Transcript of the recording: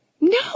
No